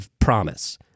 promise